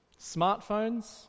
smartphones